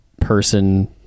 person